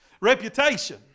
Reputation